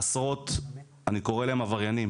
עשרות, אני קורא להם עבריינים.